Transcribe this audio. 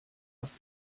has